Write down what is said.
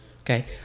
okay